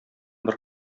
бер